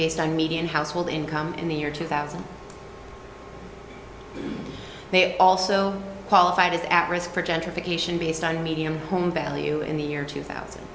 based on median household income in the year two thousand they also qualified as at risk for gentrification based on medium home value in the year two thousand